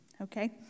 okay